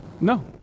No